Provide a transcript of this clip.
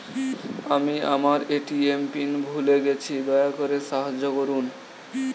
আমি আমার ATM PIN ভুলে গেছি, দয়া করে সাহায্য করুন